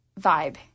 vibe